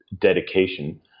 dedication